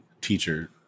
teacher